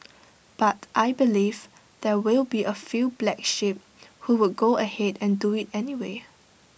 but I believe there will be A few black sheep who would go ahead and do IT anyway